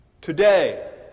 Today